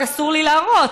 רק אסור לי להראות,